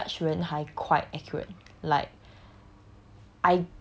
我 judge 人还 quite accurate like